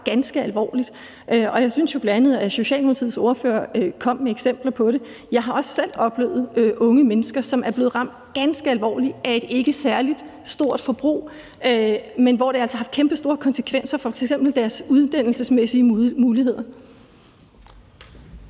ganske alvorligt. Og jeg synes bl.a., at Socialdemokratiets ordfører kom med eksempler på det. Jeg har også selv oplevet unge mennesker, som er blevet ramt ganske alvorligt af et ikke særlig stort forbrug, men hvor det altså har haft kæmpestore konsekvenser for f.eks. deres uddannelsesmæssige muligheder.